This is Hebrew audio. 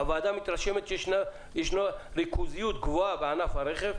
הוועדה מתרשמת שיש ריכוזיות גבוהה בענף הרכב,